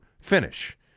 finish